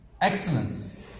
excellence